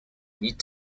meet